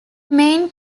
main